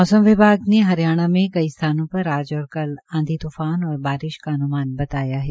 मौसम विभाग ने हरियाणा में कई सथानों पर आज और कल आंधी तुफान और बारिश का अन्मान बताया है